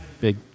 big